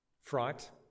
fright